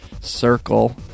circle